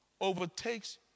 overtakes